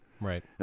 Right